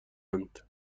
اند